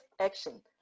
action